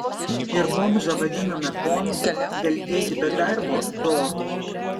ir bomžą vadiname ponu veltėdį be darbo doru